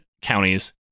counties